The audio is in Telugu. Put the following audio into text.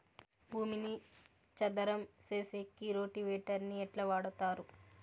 భూమిని చదరం సేసేకి రోటివేటర్ ని ఎట్లా వాడుతారు?